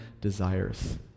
desires